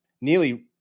nearly